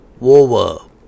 over